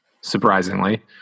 surprisingly